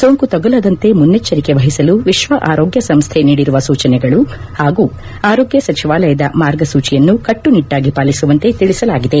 ಸೋಂಕು ತಗುಲದಂತೆ ಮುನ್ನೆಚ್ಚರಿಕೆ ವಹಿಸಲು ವಿಶ್ವ ಆರೋಗ್ಯ ಸಂಸ್ದೆ ನೀಡಿರುವ ಸೂಚನೆಗಳು ಹಾಗೂ ಆರೋಗ್ಯ ಸಚಿವಾಲಯದ ಮಾರ್ಗಸೂಚಿಯನ್ನು ಕಟ್ಟುನಿಟ್ಟಾಗಿ ಪಾಲಿಸುವಂತೆ ತಿಳಿಸಲಾಗಿದೆ